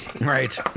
Right